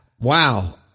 wow